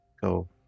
Go